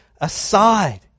aside